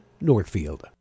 northfield